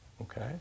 okay